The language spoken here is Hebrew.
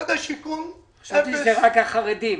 משרד השיכון --- חשבתי שזה רק החרדים.